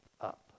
up